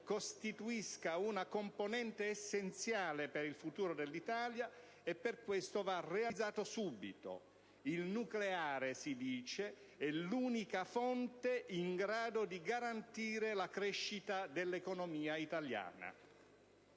costituisse una componente essenziale per il futuro dell'Italia e, per questo, da realizzare subito. Il nucleare - si dice - è l'unica fonte in grado di garantire la crescita dell'economia italiana.